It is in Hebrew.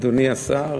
אדוני השר,